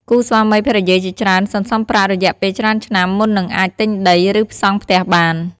គូស្វាមីភរិយាជាច្រើនសន្សំប្រាក់ រយៈពេលច្រើនឆ្នាំ មុននឹងអាចទិញដី ឬ សង់ផ្ទះបាន។